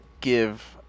give